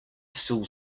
still